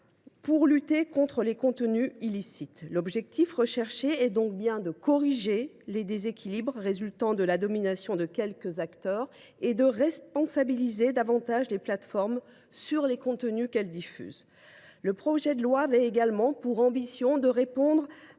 pour lutter contre les contenus illicites. L’objectif est de parvenir à corriger les déséquilibres résultant de la domination de quelques acteurs et à responsabiliser davantage les plateformes vis à vis des contenus qu’elles diffusent. Ce projet de loi avait également pour ambition de répondre